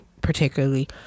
particularly